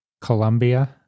Colombia